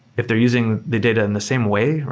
if they're using the data in the same way,